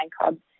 called